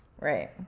right